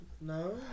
No